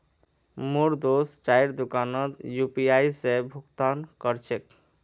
मोर दोस्त चाइर दुकानोत यू.पी.आई स भुक्तान कर छेक